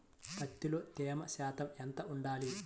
పత్తిలో తేమ శాతం ఎంత ఉండాలి?